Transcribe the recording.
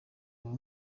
uru